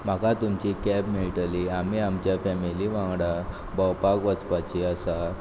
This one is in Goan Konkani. म्हाका तुमची कॅब मेळटली आमी आमच्या फॅमिली वांगडा भोंवपाक वचपाची आसा